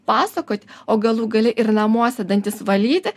pasakot o galų gale ir namuose dantis valyti